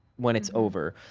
when it's over.